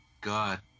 God